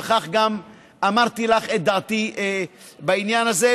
וגם אמרתי לך את דעתי בעניין הזה,